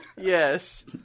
Yes